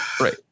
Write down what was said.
Right